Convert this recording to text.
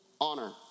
honor